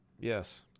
Yes